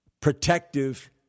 protective